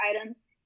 items